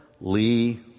Lee